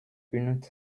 une